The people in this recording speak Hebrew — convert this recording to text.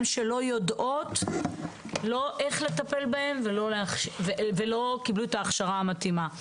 שלא יודעות איך לטפל בהם ושלא קיבלו את ההכשרה המתאימה.